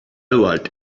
like